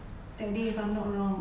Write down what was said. that day if I'm not wrong